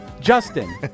Justin